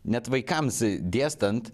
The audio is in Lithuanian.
net vaikams dėstant